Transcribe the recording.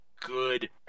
good